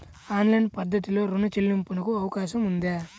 Online పద్ధతిలో రుణ చెల్లింపునకు అవకాశం ఉందా?